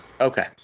Okay